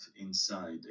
inside